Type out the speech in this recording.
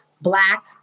Black